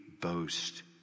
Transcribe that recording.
boast